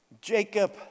Jacob